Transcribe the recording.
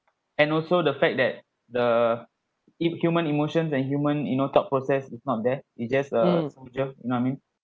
and also the fact that the if human emotions and human you know thought process is not there it just uh soldier you know I mean